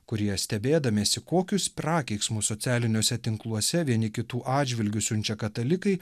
kurie stebėdamiesi kokius prakeiksmus socialiniuose tinkluose vieni kitų atžvilgiu siunčia katalikai